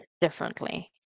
differently